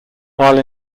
while